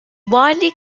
widely